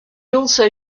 also